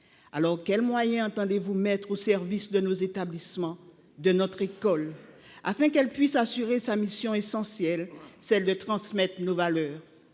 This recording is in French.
Aussi, quels moyens entendez vous mettre au service de nos établissements et de notre école, afin que celle ci puisse assurer sa mission essentielle, à savoir transmettre nos valeurs ?